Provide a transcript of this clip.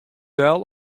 del